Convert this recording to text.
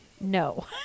no